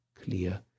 clear